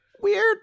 weird